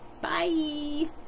Bye